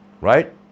right